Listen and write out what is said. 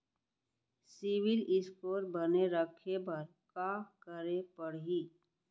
CIBIL score बने रखे बर का करे पड़ही?